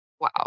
Wow